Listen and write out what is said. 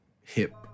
hip